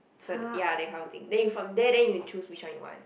so ya that kind of thing then you from there then you choose which one you want